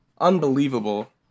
Unbelievable